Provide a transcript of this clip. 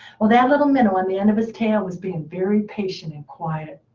well, that little minnow on the end of his tail was being very patient and quiet.